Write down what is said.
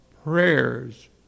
prayers